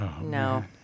No